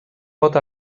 pot